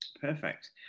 perfect